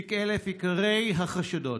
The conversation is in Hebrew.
תיק 1000, עיקרי החשדות: